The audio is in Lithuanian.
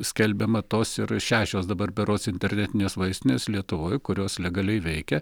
skelbiama tos ir šešios dabar berods internetinės vaistinės lietuvoj kurios legaliai veikia